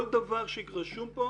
כל דבר שרשום כאן,